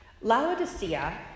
Laodicea